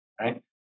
right